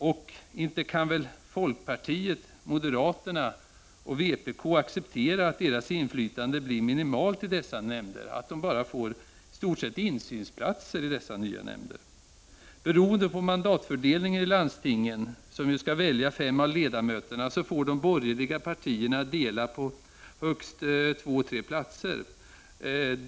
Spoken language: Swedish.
Och inte kan väl folkpartiet, moderaterna och vpk acceptera att deras inflytande blir minimalt i dessa nämnder, att de i stort sett får endast insynsplatser i dessa nya nämnder. Beroende på mandatfördelningen i landstingen, som skall välja fem av ledamöterna, får de borgerliga partierna dela på högst två-tre platser.